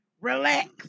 Relax